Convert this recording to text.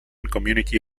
community